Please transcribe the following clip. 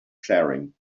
sharing